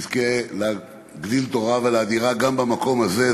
שתזכה להגדיל תורה ולהאדירה גם במקום הזה.